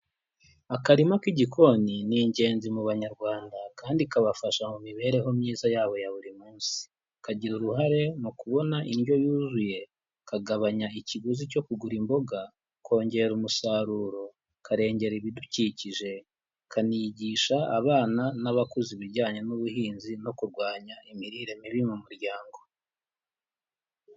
Akarima k'igikoni, ni ingenzi mu Banyarwanda, kandi kabafasha mu mibereho myiza yabo ya buri munsi. Kagira uruhare, mu kubona indyo yuzuye, kagabanya ikiguzi cyo kugura imboga, kongera umusaruro, karengera ibidukikije, kanigisha abana n'abakuze ibijyanye n'ubuhinzi no kurwanya imirire mibi mu muryango.